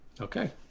Okay